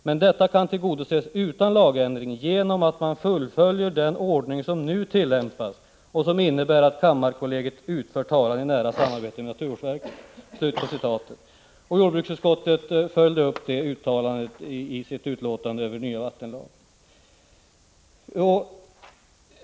Men detta kan tillgodoses utan lagändring genom att man fullföljer den ordning som nu tillämpas och som innebär att kammarkollegiet utför talan i nära samarbete med naturvårdsverket.” Jordbruksutskottet följde upp det uttalandet i sitt betänkande över den nya vattenlagen.